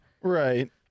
Right